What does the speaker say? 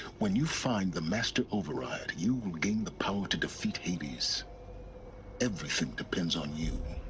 when you find the master override, you will gain the power to defeat hades everything depends on you